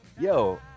yo